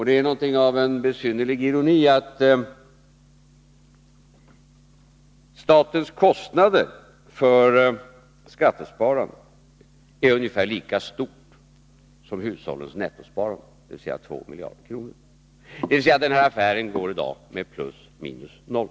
Det är något av en besynnerlig ironi att statens kostnader för skattesparandet är ungefär lika stora som hushållens nettosparande, dvs. 2 miljarder kronor. Den här affären går i dag ihop — men resultatet är plus minus noll.